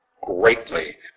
greatly